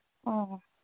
ꯑꯣ ꯑꯣ